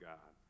God